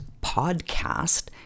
podcast